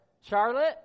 Charlotte